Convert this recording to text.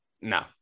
No